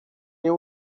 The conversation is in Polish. nie